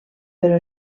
però